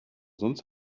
sonst